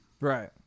Right